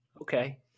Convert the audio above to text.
okay